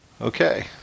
Okay